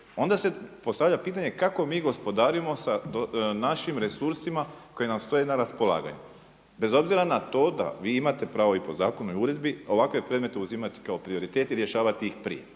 onda se postavlja pitanje kako mi gospodarimo sa našim resursima koji nam stoje na raspolaganju bez obzira nato da vi imate pravo i po zakonu i uredbi ovakve predmete uzimati kao prioritet i rješavati ih prije.